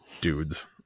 dudes